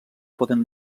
poden